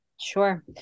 Sure